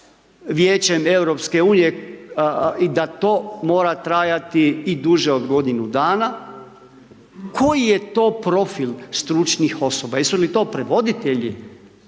Vijećem EU i da to mora trajati i duže od godinu dana, koji je to profil stručnih osoba, jesu li to prevoditelji,